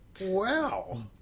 Wow